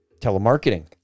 telemarketing